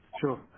Sure